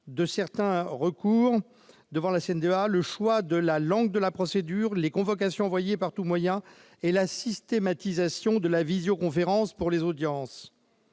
de certains de ces recours, choix de la langue de la procédure, convocations envoyées par tout moyen et systématisation de la visioconférence pour les audiences.